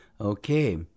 Okay